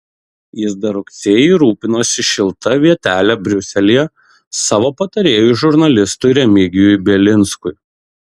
jis dar rugsėjį rūpinosi šilta vietele briuselyje savo patarėjui žurnalistui remigijui bielinskui